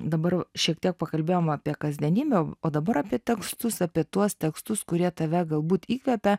dabar šiek tiek pakalbėjom apie kasdienybę o dabar apie tekstus apie tuos tekstus kurie tave galbūt įkvepia